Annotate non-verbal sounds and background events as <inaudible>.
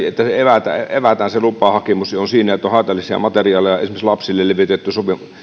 <unintelligible> että evätään se lupahakemus voi olla se että on haitallisia materiaaleja esimerkiksi lapsille levitetty